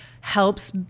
helps